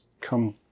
come